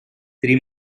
three